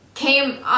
came